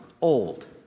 old